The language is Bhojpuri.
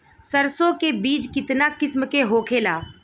सरसो के बिज कितना किस्म के होखे ला?